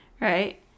right